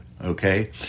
okay